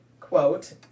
quote